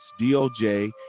DOJ